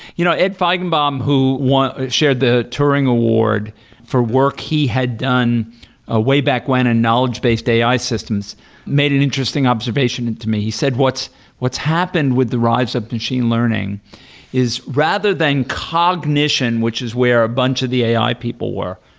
you know ed feigenbaum, who ah shared the turing award for work, he had done ah way back when and knowledge-based ai systems made an interesting observation in to me. he said, what's what's happened with the rise of machine learning is rather than cognition, which is where a bunch of the ai people were,